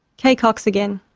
kay cox again.